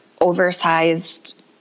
oversized